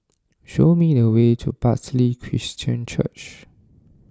show me the way to Bartley Christian Church